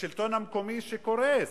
השלטון המקומי שקורס.